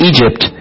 Egypt